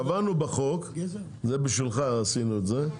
קבענו בחוק בשבילך עשינו את זה,